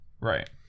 Right